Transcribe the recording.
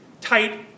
tight